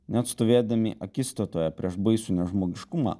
net stovėdami akistatoje prieš baisų nežmogiškumą